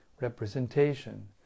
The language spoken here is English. representation